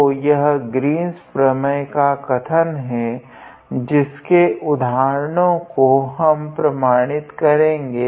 तो यह ग्रीन्स प्रमेय का कथन है जिसके उदाहरणों को हम प्रमाणित करेगे